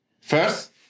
First